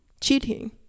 cheating